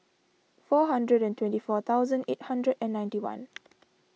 four hundred and twenty four thousand eight hundred and ninety one